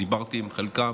דיברתי עם חלקם,